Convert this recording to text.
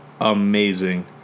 amazing